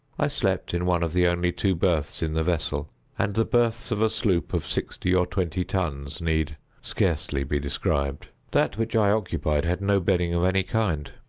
i slept in one of the only two berths in the vessel and the berths of a sloop of sixty or twenty tons need scarcely be described. that which i occupied had no bedding of any kind.